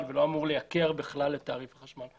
ולא אמור לייקר בכלל את תעריף החשמל.